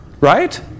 Right